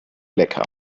lecker